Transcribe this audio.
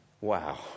Wow